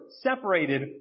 separated